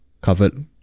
covered